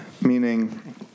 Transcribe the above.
meaning